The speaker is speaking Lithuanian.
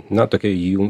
na tokia jų